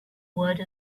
word